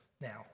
now